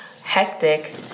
hectic